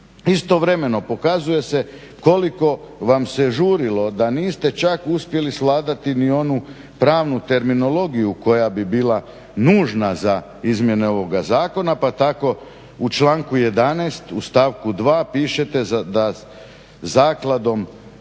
Istovremeno pokazuje se koliko vam se žurilo da niste čak uspjeli svladati ni onu pravnu terminologiju koja bi bila nužna za izmjene ovoga zakona pa tako u članku 11. u stavku 2. pišete da zakladom